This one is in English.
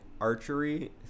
archery